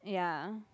ya